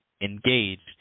engaged